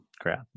crap